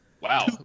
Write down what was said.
wow